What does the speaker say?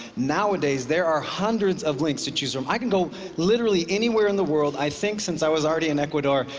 nowadays there are hundreds of links to choose from. i can go literally anywhere in the world, i think since i was already in ecuador,